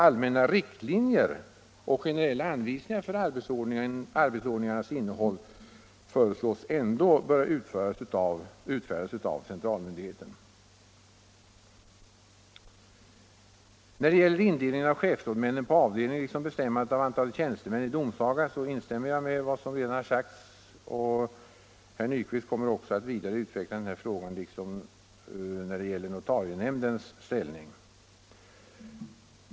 Allmänna riktlinjer och generella anvisningar för arbetsordningarnas innehåll föreslås ändå böra utfärdas av centralmyndigheten. När det gäller indelningen av chefsrådmännen på avdelning liksom bestämmandet av antalet tjänstemän i domsaga instämmer jag i vad som redan har sagts. Herr Nyquist kommer också att vidare utveckla den frågan liksom frågan om notarienämndens ställning.